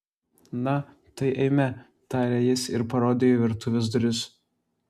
na tai eime tarė jis ir parodė į virtuvės duris